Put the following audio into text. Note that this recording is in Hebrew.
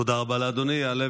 תודה רבה לאדוני.